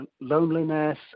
loneliness